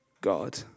God